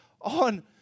on